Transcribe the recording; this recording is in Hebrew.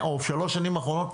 או בשלוש השנים האחרונות,